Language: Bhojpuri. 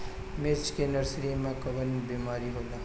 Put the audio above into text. मिर्च के नर्सरी मे कवन बीमारी होला?